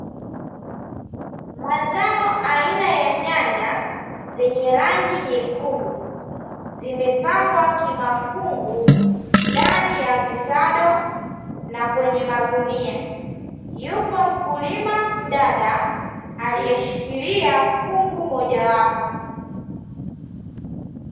Mazao aina ya nyanya zenye rangi nyekundu zimepangwa kimafungu ndani ya visado na kwenye magunia, yupo mkulima mdada alieshikilia fungu mojawapo.